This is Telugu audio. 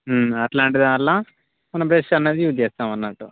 అట్లాంటి దానిలో మనం బ్రష్ అన్నది యూజ్ చేస్తాం అన్నట్టు